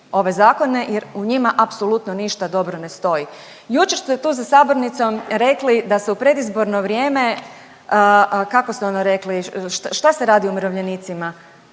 ove zakone jer u njima apsolutno ništa dobro ne stoji. Jučer ste tu za sabornicom rekli da se u predizborno vrijeme, kako ste ono rekli, šta se radi umirovljenicima,